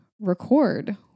record